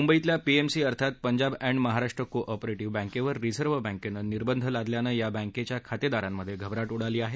मुंबईतल्या पीएमसी अर्थात Punjab and Maharashtra cooperative बँकेवर रिझर्व बँकेनं निर्बंध लादल्यानं या बँकेच्या खातेदारांमध्ये घबराट उडाली आहे